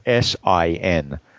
SIN